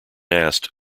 asked